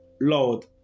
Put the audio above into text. Lord